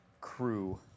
crew